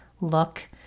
look